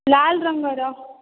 ଲାଲ ରଙ୍ଗର